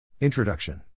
Introduction